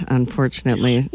unfortunately